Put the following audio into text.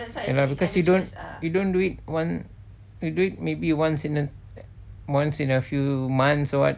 ya lah but you don't you don't do it one you do it maybe once in a once in a few months [what]